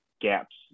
gaps